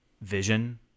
vision